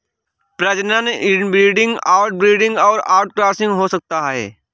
प्रजनन inbreeding, outbreeding और outcrossing हो सकता है